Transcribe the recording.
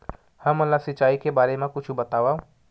हमन ला सिंचाई के बारे मा कुछु बतावव?